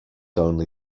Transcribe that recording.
only